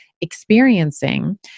experiencing